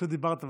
פנית אליי?